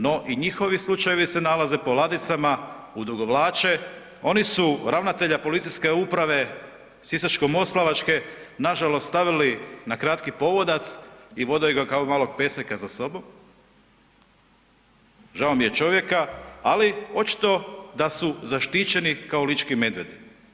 No i njihovi slučajevi se nalaze po ladicama, odugovlače, oni su ravnatelja Policijske uprave Sisačko-moslavačke nažalost stavili na kratki povodac i vodaju ga kao malog peseka za sobom, žao mi je čovjeka, ali očito da su zaštićeni kao lički medvjedi.